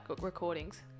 recordings